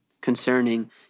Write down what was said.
concerning